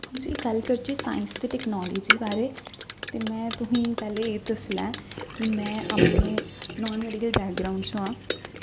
जे गल्ल करचै साईंस ते टैक्नोलजी बारै ते मैं तुसें गी पैह्ले एह् दस्सी लै कि मैं अपने नान मैडिकल बैकग्राऊड़ चा आं